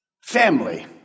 family